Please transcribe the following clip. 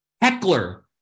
Heckler